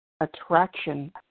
attraction